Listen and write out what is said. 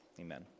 Amen